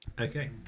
Okay